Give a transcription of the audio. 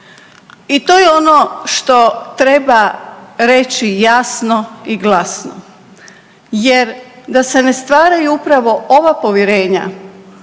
I to je ono što treba reći jasno i glasno jer da se ne stvaraju upravo ova povjerenja,